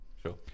sure